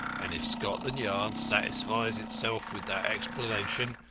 and if scotland yard satisfies itself with that explanation,